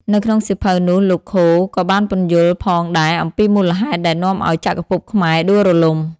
នៅក្នុងសៀវភៅនោះ លោក ខូ Coe ក៏បានពន្យល់ផងដែរអំពីមូលហេតុដែលនាំឲ្យចក្រភពខ្មែរដួលរលំ។